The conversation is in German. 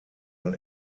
ein